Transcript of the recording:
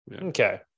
Okay